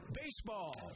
baseball